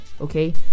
okay